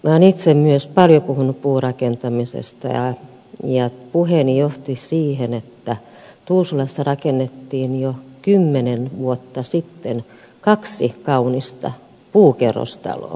olen itse myös paljon puhunut puurakentamisesta ja puheeni johti siihen että tuusulassa rakennettiin jo kymmenen vuotta sitten kaksi kaunista puukerrostaloa